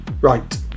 Right